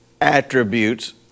attributes